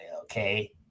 okay